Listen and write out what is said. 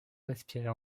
respirait